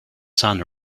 sun